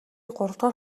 гуравдугаар